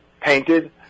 painted